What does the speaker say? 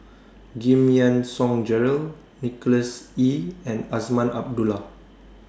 Giam Yean Song Gerald Nicholas Ee and Azman Abdullah